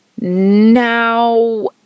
Now